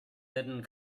hidden